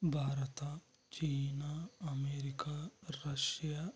Bharat China America Russia